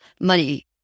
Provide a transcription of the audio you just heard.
money